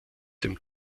dem